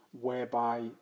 whereby